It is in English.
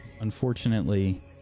unfortunately